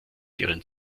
ihren